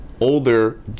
older